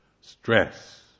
stress